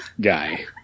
guy